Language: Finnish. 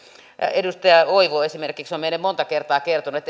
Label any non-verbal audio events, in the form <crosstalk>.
edustaja oivo esimerkiksi on meille monta kertaa kertonut <unintelligible>